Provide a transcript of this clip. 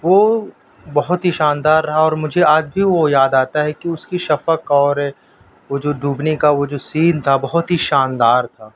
وہ بہت ہی شاندار رہا اور مجھے آج بھی وہ یاد آتا ہے کہ اس کی شفق اور وہ جو ڈوبنے کا وہ جو سین تھا بہت ہی شاندار تھا